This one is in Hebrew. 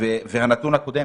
אדוני היושב-ראש,